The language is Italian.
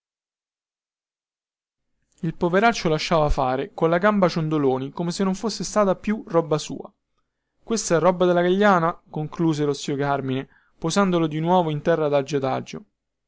il poveraccio lasciava fare colla gamba ciondoloni come se non fosse stata più roba sua questa è roba della gagliana conchiuse lo zio carmine posandolo di nuovo in terra adagio adagio